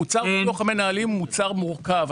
מוצר ביטוח המנהלים הוא מוצר מורכב.